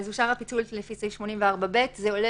אושר הפיצול לפי סעיף 84ב. זה עולה